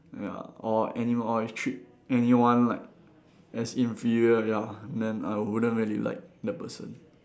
ya or anyone if treat anyone like as inferior ya then I wouldn't really like the person